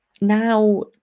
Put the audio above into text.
now